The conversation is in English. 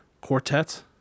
Quartet